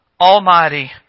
almighty